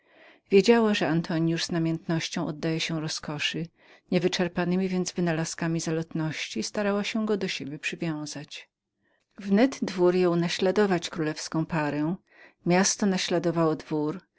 wiedziała że antonius z namiętnością oddawał się rozkoszy niewyczerpanemi więc wynalazkami zalotności starała się go do siebie przywiązać wnet dwór jął naśladować królewską parę miasto naśladowało